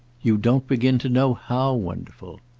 you don't begin to know how wonderful!